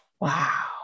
Wow